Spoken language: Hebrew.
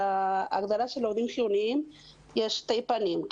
להגדרה של עובדים חיוניים יש שני פנים.